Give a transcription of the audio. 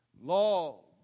Law